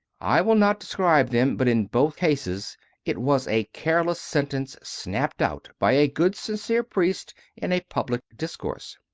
i will not describe them, but in both cases it was a careless sentence snapped out by a good, sincere priest in a public discourse.